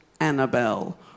Annabelle